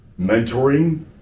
mentoring